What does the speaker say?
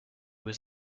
was